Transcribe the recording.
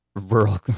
Rural